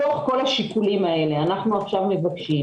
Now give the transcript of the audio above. מתוך כל השיקולים האלה אנחנו עכשיו מבקשים